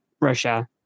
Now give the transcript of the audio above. Russia